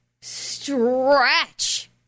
stretch